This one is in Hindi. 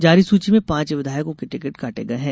जारी सूची में पांच विधायकों के टिकट काटे गये हैं